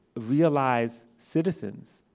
realized citizens,